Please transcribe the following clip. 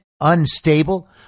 unstable